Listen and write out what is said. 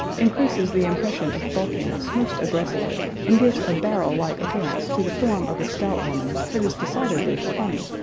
increases the impression of bulkiness most aggressively and gives a barrel-like appearance to the form of a stout woman that is decidedly funny,